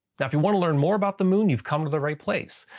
now if you want to learn more about the moon, you've come to the right place.